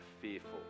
fearful